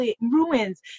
ruins